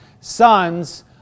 sons